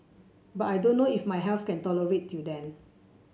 but I don't know if my health can tolerate till then